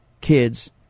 kids